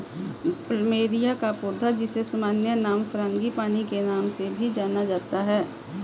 plumeria का पौधा, जिसे सामान्य नाम फ्रांगीपानी के नाम से भी जाना जाता है